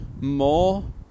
more